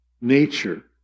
nature